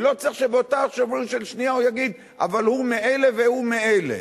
ולא צריך שבאותו שבריר של שנייה הוא יגיד: אבל הוא מאלה והוא מאלה.